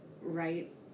right